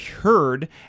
heard